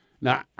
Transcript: now